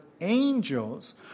angels